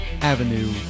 Avenue